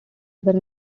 were